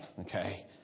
Okay